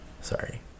sorry